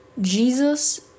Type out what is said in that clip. Jesus